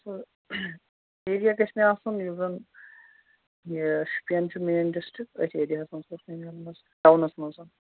تہٕ ایٚریا گَژھِ مےٚ آسُن یُس زَن یہِ شُپیٚن چھُ میٚن ڈِسٹرٕکٹ أتھۍ ایٚریاہس منٛز گوٚژھ مےٚ میلُن حظ ٹاونَس مَنٛز حظ